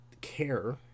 care